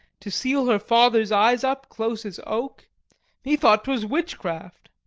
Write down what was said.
to seal her father's eyes up close as oak he thought twas witchcraft